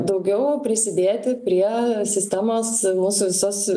daugiau prisidėti prie sistemos mūsų visos